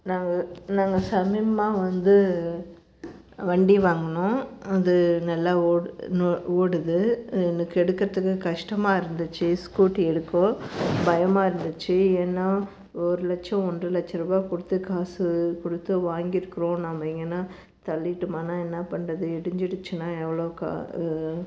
நாங்கள் நாங்கள் சமீமாக வந்து வண்டி வாங்குனோம் அது நல்லா ஓட் ஓடுது எனக்கு எடுக்கறத்துக்கு கஷ்டமாக இருந்துச்சு ஸ்கூட்டி எடுக்கோ பயமாக இருந்துச்சு ஏன்னா ஒரு லட்சம் ஒன்றை லட்சம் ரூபா கொடுத்து காசு கொடுத்து வாங்கிருக்குறோம் நம்ப எங்கன்னா தள்ளிவிட்டு போனால் என்னா பண்ணுறது இடிஞ்சிடுச்சுன்னா எவ்வளோ கா